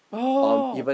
oh